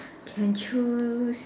can choose